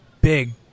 big